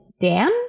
Dan